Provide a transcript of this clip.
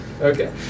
okay